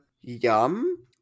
yum